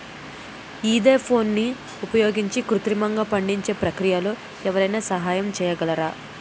ఈథెఫోన్ని ఉపయోగించి కృత్రిమంగా పండించే ప్రక్రియలో ఎవరైనా సహాయం చేయగలరా?